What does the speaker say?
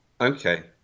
Okay